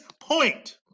point